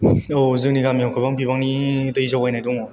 औ जोंनि गामियाव गोबां बिबांनि दै जगायनाय दङ